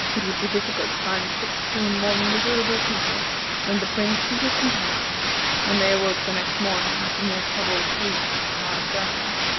it would be difficult to find sixteen more miserable people than the prince and his companions when they awoke the next morning from their troubled sleep on the hard ground.